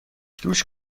دوش